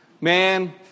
Man